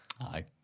Aye